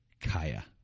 Kaya